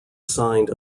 signed